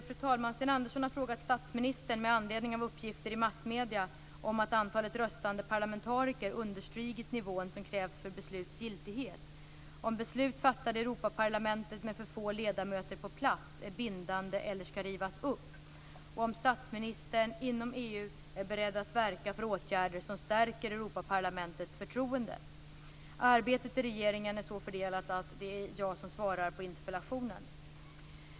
Fru talman! Sten Andersson har frågat statsministern, med anledning av uppgifter i massmedierna om att antalet röstande parlamentariker understigit nivån som krävs för besluts giltighet, om beslut fattade i Europaparlamentet med för få ledamöter på plats är bindande eller skall rivas upp och om statsministern inom EU är beredd att verka för åtgärder som stärker Europaparlamentets förtroende. Arbetet i regeringen är så fördelat att det är jag som svarar på interpellationen.